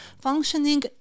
functioning